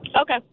Okay